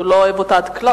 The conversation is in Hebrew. שהוא לא אוהב אותה עד כלות.